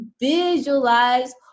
visualize